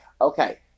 Okay